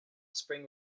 spring